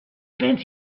spent